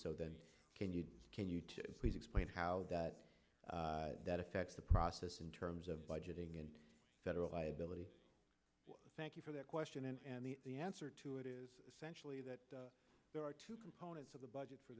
so then can you can you please explain how that affects the process in terms of budgeting and federal liability thank you for that question and the answer to it is essentially that there are two components of the budget for